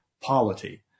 polity